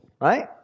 right